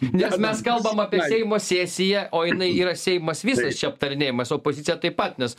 nes mes kalbam apie seimo sesiją o jinai yra seimas viskas čia aptarinėjamas opozicija taip pat nes